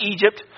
Egypt